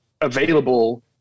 available